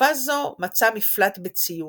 בתקופה זו מצאה מפלט בציור.